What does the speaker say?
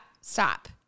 stop